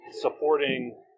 supporting